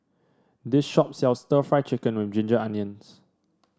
this shop sells stir Fry Chicken with Ginger Onions